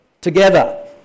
together